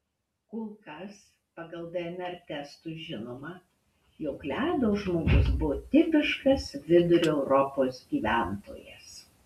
kol kas pagal dnr testus žinoma jog ledo žmogus buvo tipiškas vidurio europos gyventojas